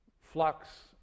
flux